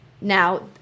Now